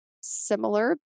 similar